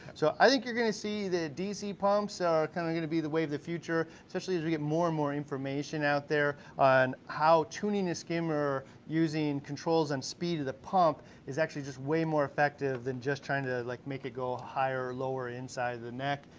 so i think you're gonna see the dc pumps are kinda gonna be the way of the future, especially as we get more and more information out there on how tuning the skimmer using controls and speed of the pump, is actually just way more effective than just trying to like make it go higher or lower inside of the neck.